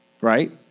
right